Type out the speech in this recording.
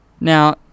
Now